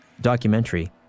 documentary